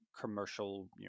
commercial